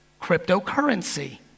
Cryptocurrency